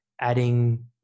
adding